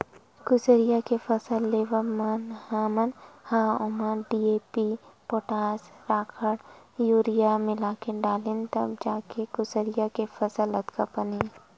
कुसियार के फसल लेवब म हमन ह ओमा डी.ए.पी, पोटास, राखड़, यूरिया मिलाके डालेन तब जाके कुसियार के फसल अतका पन हे